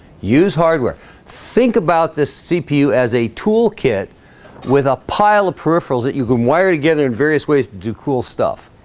use hardware think about this cpu as a toolkit with a pile of peripherals that you can wire together in various ways to do cool stuff